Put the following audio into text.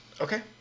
Okay